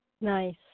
Nice